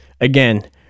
Again